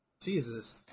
Jesus